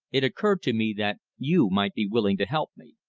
it occurred to me that you might be willing to help me.